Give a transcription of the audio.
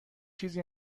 چیزی